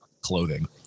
clothing